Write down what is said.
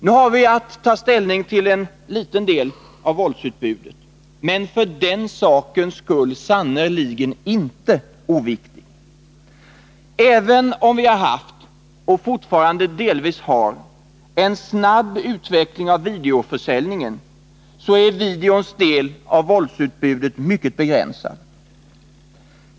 Nu har vi att ta ställning till en liten, men för den sakens skull sannerligen inte oviktig, del av våldsutbudet. Även om vi har haft, och fortfarande delvis har, en snabb utveckling när det gäller videoförsäljningen, så är videons andel av våldsutbudet mycket begränsad.